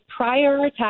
prioritize